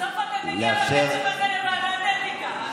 בסוף אתה תגיע, בקצב הזה, לוועדת האתיקה.